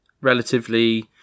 relatively